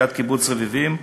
ליד קיבוץ רביבים,